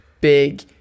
big